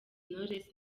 knowless